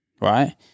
right